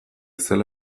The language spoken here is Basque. zela